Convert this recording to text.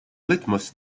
litmus